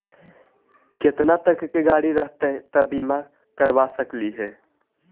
केतना तक के गाड़ी रहतै त बिमा करबा सकली हे?